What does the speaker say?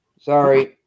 sorry